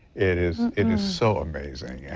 it is it is so amazing. yeah